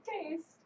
taste